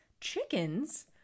chickens